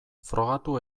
frogatu